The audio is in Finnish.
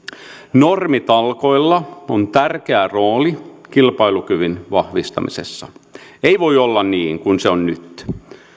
normitalkoilla on tärkeä rooli kilpailukyvyn vahvistamisessa ei voi olla niin kuin se on nyt